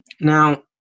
Now